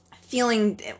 feeling